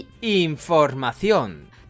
Información